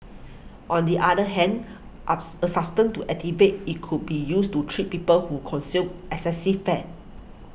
on the other hand ups a substance to activate it could be used to treat people who consume excessive fat